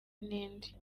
n’indi